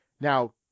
Now